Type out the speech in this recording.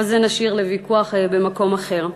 אבל את זה נשאיר לוויכוח במקום אחר.